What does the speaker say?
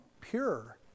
pure